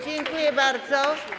Dziękuję bardzo.